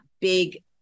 big